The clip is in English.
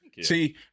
see